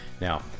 Now